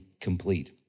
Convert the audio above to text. complete